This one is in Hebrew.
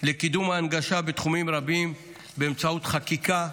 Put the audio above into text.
לקידום ההנגשה בתחומים רבים באמצעות חקיקה: